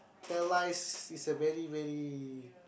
tell lies is a very very